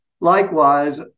Likewise